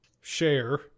share